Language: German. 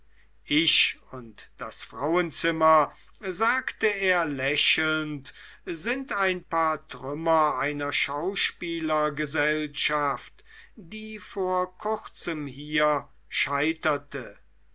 ich und das frauenzimmer sagte er lächelnd sind ein paar trümmer einer schauspielergesellschaft die vor kurzem hier scheiterte